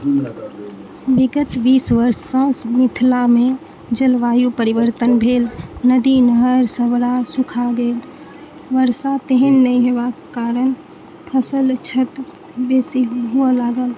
बिगत बीस वर्षसॅं मिथिलामे जलवायु परिवर्तन भेल नदी नहर सबटा सूखा गेल वर्षा तेहन नहि हेबाक कारण फसल क्षति बेसी हुअ लागल